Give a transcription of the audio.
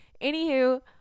Anywho